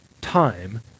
time